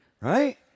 right